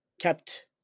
kept